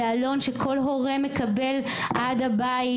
בעלון שכל הורה מקבל עד הבית,